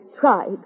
tried